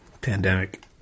Pandemic